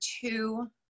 two